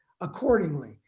accordingly